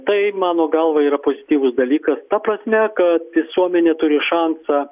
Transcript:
tai mano galva yra pozityvus dalykas ta prasme kad visuomenė turi šansą